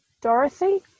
Dorothy